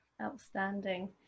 Outstanding